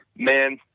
man,